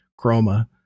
chroma